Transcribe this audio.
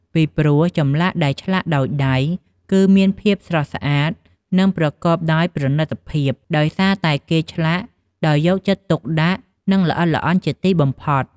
ពីព្រោះចម្លាក់ដែលឆ្លាក់ដោយដៃគឺមានភាពស្រស់ស្អាតនិងប្រកបដោយប្រណិតភាព ដោយសារតែគេឆ្លាក់ដោយយកចិត្តទុកដាក់និងល្អិតល្អន់ជាទីបំផុត។